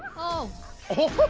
o o